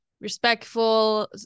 respectful